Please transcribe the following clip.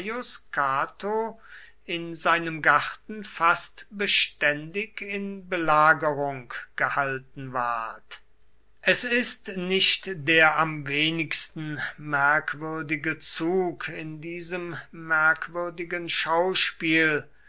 in seinem garten fast beständig in belagerung gehalten ward es ist nicht der am wenigsten merkwürdige zug in diesem merkwürdigen schauspiel